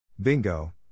Bingo